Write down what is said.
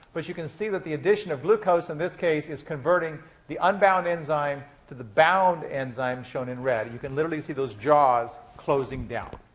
but you can see that the addition of glucose, in this case, is converting the unbound enzyme to the bound enzyme, shown in red. you can literally see those jaws closing down.